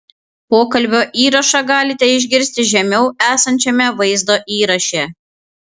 pokalbio įrašą galite išgirsti žemiau esančiame vaizdo įraše